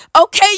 Okay